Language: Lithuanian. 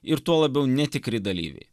ir tuo labiau netikri dalyviai